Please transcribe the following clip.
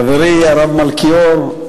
חברי הרב מלכיאור,